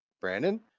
Brandon